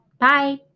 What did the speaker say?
Bye